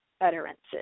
utterances